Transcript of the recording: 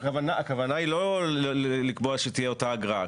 הכוונה היא לא לקבוע שתהיה אותה אגרה.